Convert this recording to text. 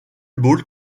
ball